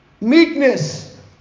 Meekness